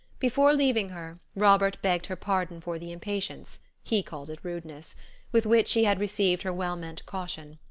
before leaving her, robert begged her pardon for the impatience he called it rudeness with which he had received her well-meant caution.